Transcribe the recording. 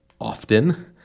often